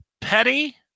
petty